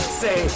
say